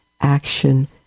action